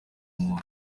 muntu